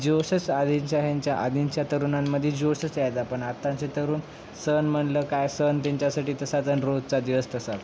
जोशचं आधीच्या ह यांच्या आधीच्या तरुणांमध्ये जोशच यायेत आपण आत्ताचे तरुण सण म्हणलं काय सण त्यांच्यासाठी तर साधारण रोजचा दिवस असेल